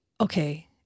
okay